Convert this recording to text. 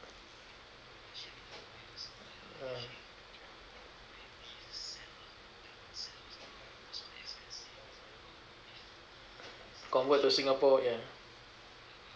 uh convert to singapore ya